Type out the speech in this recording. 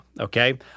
Okay